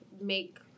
make